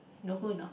know who or not